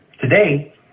today